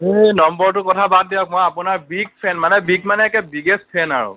হেই নম্বৰটো কথা বাদ দিয়ক মই আপোনাৰ বিগ ফেন মানে বিগ মানে একে বিগেস্ট ফেন আৰু